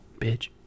Bitch